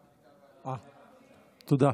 תודה.